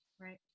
Right